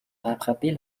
rattraper